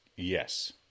Yes